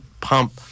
pump